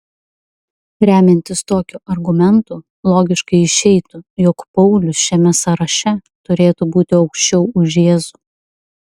remiantis tokiu argumentu logiškai išeitų jog paulius šiame sąraše turėtų būti aukščiau už jėzų